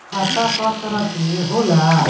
खाता क तरह के होला?